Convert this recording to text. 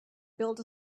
built